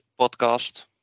podcast